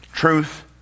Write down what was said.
Truth